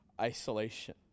isolation